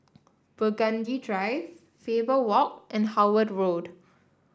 Burgundy Drive Faber Walk and Howard Road